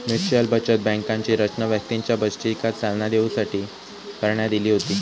mutual बचत बँकांची रचना व्यक्तींच्या बचतीका चालना देऊसाठी करण्यात इली होती